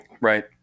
Right